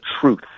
truth